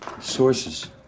Sources